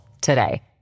today